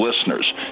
listeners